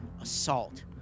assault